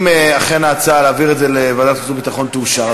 אם אכן ההצעה להעביר את זה לוועדת החוץ והביטחון תאושר,